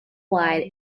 wide